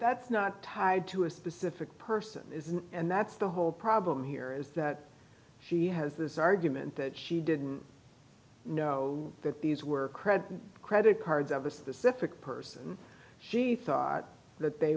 that's not tied to a specific person and that's the whole problem here is that she has this argument that she didn't know that these were credit credit cards of a specific person she thought that they